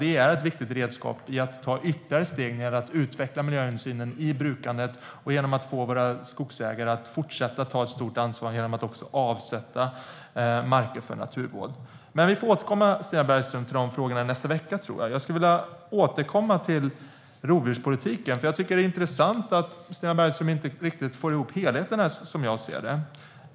Det är ett viktigt redskap för att ta ytterligare steg när det gäller att utveckla miljöhänsynen i brukandet och få våra skogsägare att fortsätta att ta ett stort ansvar genom att avsätta marker för naturvård. Jag tror att vi får återkomma till de frågorna nästa vecka, Stina Bergström. Jag skulle vilja återkomma till rovdjurspolitiken. Det är intressant att Stina Bergström inte riktigt får ihop helheten, som jag ser det.